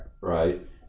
right